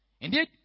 Indeed